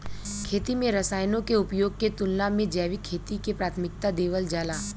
खेती में रसायनों के उपयोग के तुलना में जैविक खेती के प्राथमिकता देवल जाला